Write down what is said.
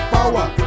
Power